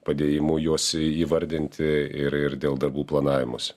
padėjimu juos įvardinti ir ir dėl darbų planavimosi